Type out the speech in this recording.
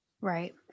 Right